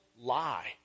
lie